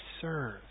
serve